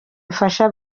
bifasha